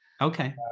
Okay